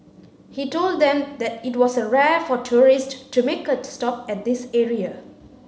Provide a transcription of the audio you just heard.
he told them that it was rare for tourist to make a stop at this area